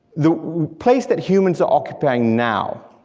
the place that humans are occupying now,